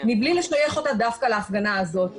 מבלי לשייך אותה דווקא להפגנה הזאת.